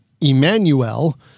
Emmanuel